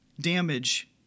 damage